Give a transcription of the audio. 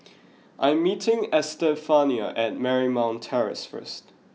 I am meeting Estefania at Marymount Terrace first